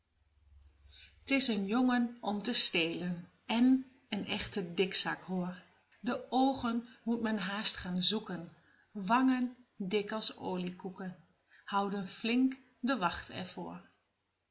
t is een jongen om te stelen en een echte dikzak hoor de oogen moet men haast gaan zoeken wangen dik als oliekoeken houden flink de wacht er voor